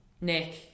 nick